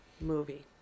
movie